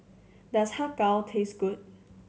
does Har Kow taste good